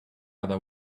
other